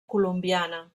colombiana